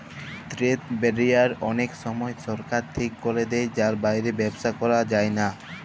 trade barrier অলেক সময় সরকার ঠিক ক্যরে দেয় যার বাইরে ব্যবসা ক্যরা যায়লা